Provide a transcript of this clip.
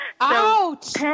Ouch